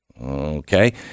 Okay